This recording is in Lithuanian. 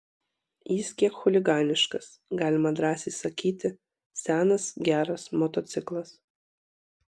jis kiek chuliganiškas galima drąsiai sakyti senas geras motociklas